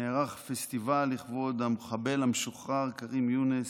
נערך פסטיבל לכבוד המחבל המשוחרר כרים יונס.